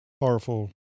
powerful